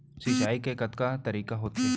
सिंचाई के कतका तरीक़ा होथे?